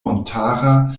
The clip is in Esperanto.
montara